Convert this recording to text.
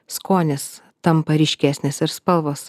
skonis tampa ryškesnis ir spalvos